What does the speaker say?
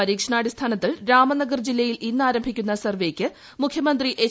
പരീക്ഷണ അടിസ്ഥാനത്തിൽ രാമനഗർ ജില്ലയിൽ ഇന്ന് ആരംഭിക്കുന്ന സർവ്വെയ്ക്ക് മുഖ്യമന്ത്രി എച്ച്